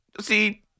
see